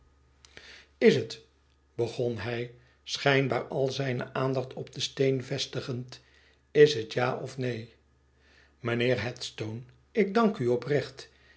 is het begon hij schijnbaar al zijne aandacht op den steen vestigend is het ja of neen mijnheer headstone ik dank uoprecht